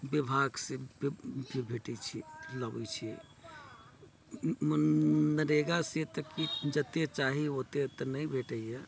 विभाग से भेटैत छै लबैत छियै मनरेगा से तऽ जते चाही तऽ ओते तऽ नहि भेटैया